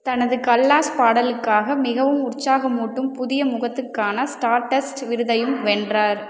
தனது கல்லாஸ் பாடலுக்காக மிகவும் உற்சாகமூட்டும் புதிய முகத்துக்கான ஸ்டார்டஸ்ட் விருதையும் வென்றார்